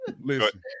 Listen